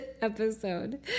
episode